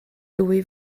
dwy